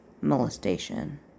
molestation